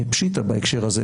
מפשיטא בהקשר הזה,